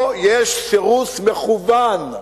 פה יש סירוס מכוון.